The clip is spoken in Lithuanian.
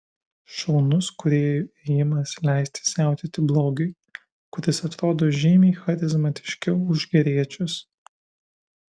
šaunus kūrėjų ėjimas leisti siautėti blogiui kuris atrodo žymiai charizmatiškiau už geriečius